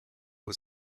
was